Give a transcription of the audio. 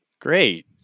great